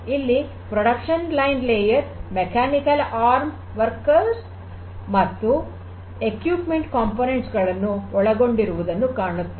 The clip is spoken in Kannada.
ಇಲ್ಲಿ production line layer mechanical arm workers ಮತ್ತು ಎಕ್ವಿಪ್ಮೆಂಟ್ ಕಂಪೋನೆಂಟ್ಸ್ ಗಳನ್ನು ಒಳಗೊಂಡಿರುವುದನ್ನು ಕಾಣುತ್ತೇವೆ